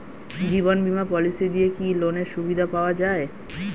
জীবন বীমা পলিসি দিয়ে কি লোনের সুবিধা পাওয়া যায়?